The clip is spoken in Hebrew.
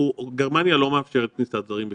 גרמניה לא מאפשרת כניסת זרים בכלל.